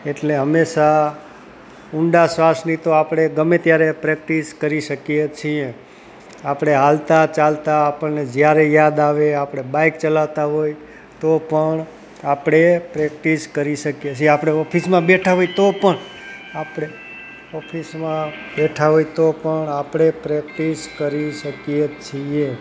એટલે હંમેશા ઊંડા શ્વાસની તો આપણે ગમે ત્યારે પ્રેક્ટિસ કરી શકીએ છીએ આપણે હાલતા ચાલતા આપણને જ્યારે યાદ આવે આપણે બાઇક ચલાવતા હોઇ તો પણ આપણે પ્રેક્ટિસ કરી શકીએ છીએ આપણે ઓફિસમાં બેઠા હોઇ તો પણ આપળે ઓફિસમાં બેઠા હોઇએ તો પણ આપણે પ્રેક્ટિસ કરી શકીએ છીએ